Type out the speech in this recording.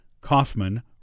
Kaufman